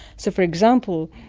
so, for example,